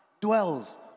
dwells